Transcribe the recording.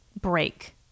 break